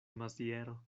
maziero